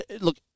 look